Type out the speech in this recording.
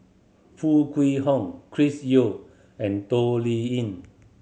Foo Kwee Horng Chris Yeo and Toh Liying